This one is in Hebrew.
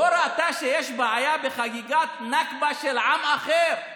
לא ראתה שיש בעיה בחגיגת נכבה של עם אחר.